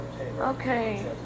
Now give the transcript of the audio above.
Okay